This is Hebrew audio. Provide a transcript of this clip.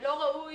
לא ראוי